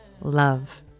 love